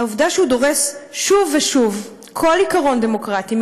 העובדה שהוא דורס שוב ושוב כל עיקרון דמוקרטי,